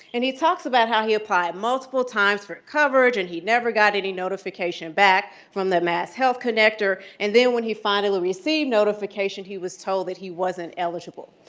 and he talks about how he applied multiple times for coverage, and he never got any notification back from the masshealth connector. and then when he finally received notification, he was told that he wasn't eligible.